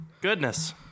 Goodness